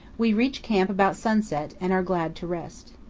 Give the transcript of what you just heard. we reach camp about sunset, and are glad to rest.